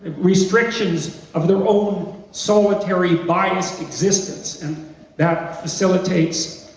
restrictions of their own solitary biased existence. and that facilitates,